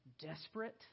desperate